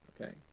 Okay